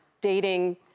Dating